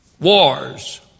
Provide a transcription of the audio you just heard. Wars